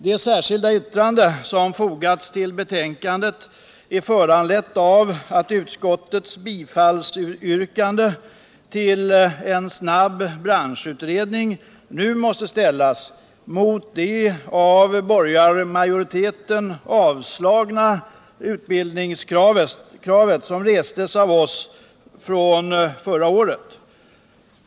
Det särskilda yttrande som har fogats till betänkandet är föranlett av att utskottets bifallsyrkande till en snabb branschutredning nu måste ställas mot det av borgarmajoriteten avslagna utredningskravet som förra året restes av oss.